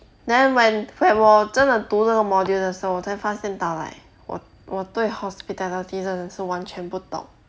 then when when 我真的读那 module 的时候我才发现到 leh 我我对 hospitality 真的是完全不懂